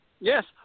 Yes